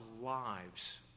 lives